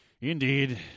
Indeed